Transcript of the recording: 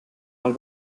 mal